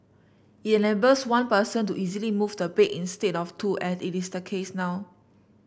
it enables one person to easily move the bed instead of two as it is the case now